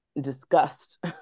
disgust